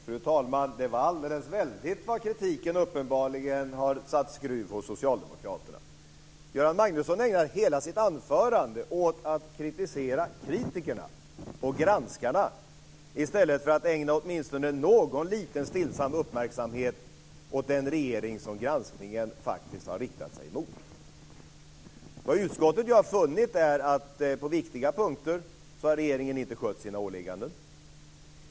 Fru talman! Det var alldeles väldigt vad kritiken uppenbarligen har tagit skruv hos Socialdemokraterna. Göran Magnusson ägnar hela sitt anförande åt att kritisera kritikerna och granskarna i stället för att ägna åtminstone någon liten stillsam uppmärksamhet åt den regering som granskningen faktiskt har riktat sig mot. Vad utskottet har funnit är ju att regeringen på viktiga punkter inte har skött sina åligganden.